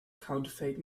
counterfeit